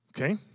Okay